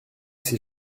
c’est